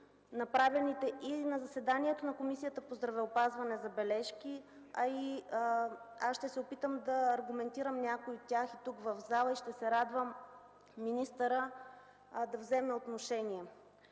направените и на заседанието на Комисията по здравеопазването забележки, а и аз ще се опитам да аргументирам някои от тях тук, в залата, и ще се радвам министърът да вземе отношение.